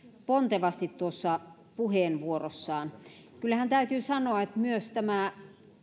pontevasti tuossa puheenvuorossaan kyllähän täytyy sanoa että myös tämä